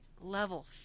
level